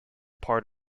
part